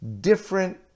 different